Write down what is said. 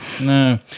No